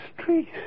street